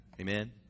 Amen